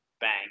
bang